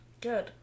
Good